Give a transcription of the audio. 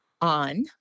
on